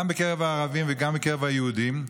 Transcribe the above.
גם בקרב הערבים וגם בקרב היהודים,